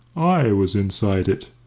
i was inside it,